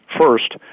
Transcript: first